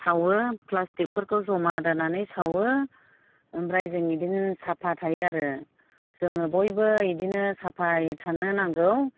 सावो प्लासटिकफोरखौ जमा दोननानै सावो ओमफ्राय जों बेदिनो साफा थायो आरो जोङो बयबो बेदिनो साफायै थानो नांगौ